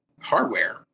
hardware